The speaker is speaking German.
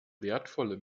wertvolle